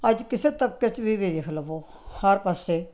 ਅੱਜ ਕਿਸੇ ਤਬਕੇ 'ਚ ਵੀ ਵੇਖ ਲਵੋ ਹਰ ਪਾਸੇ